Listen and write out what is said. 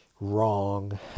wrong